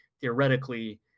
theoretically